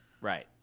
Right